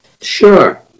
Sure